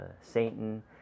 Satan